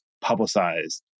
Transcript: publicized